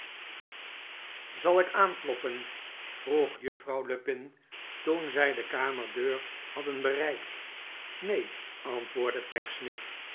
zal ik aankloppen vroeg juffrouw lupin toen zij de kamerdeur hadden bereikt neen antwaordde